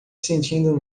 sentindo